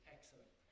Excellent